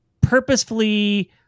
purposefully